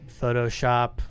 Photoshop